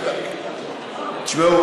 תשמעו,